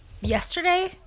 yesterday